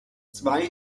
zwei